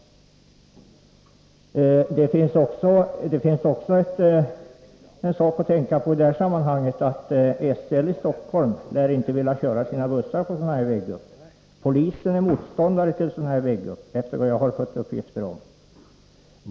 Det finns också en annan sak att tänka på i det här sammanhanget. SL i Stockholm lär inte vilja köra sina bussar över sådana här väggupp. Polisen är motståndare till dessa väggupp, enligt vad jag har fått uppgifter om.